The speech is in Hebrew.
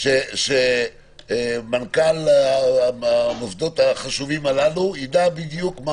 איך אתם רוצים שמנכ"ל המוסדות החשובים הללו ידע בדיוק?